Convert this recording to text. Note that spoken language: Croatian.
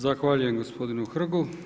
Zahvaljujem gospodinu Hrgu.